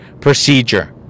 procedure